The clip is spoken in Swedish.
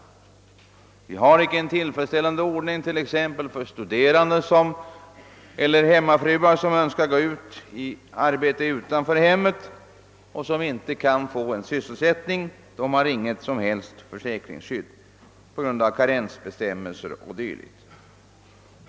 Vi har t.ex. ingen tillfredsställande ordning för studerande och inte för hemmafruar som önskar arbeta utanför hemmet och som inte kan få sysselsättning. De har inget som helst försäkringsskydd på grund av karensbestämmelser och dylikt.